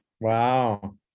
Wow